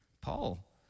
Paul